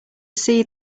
see